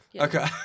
okay